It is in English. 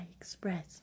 express